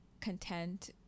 content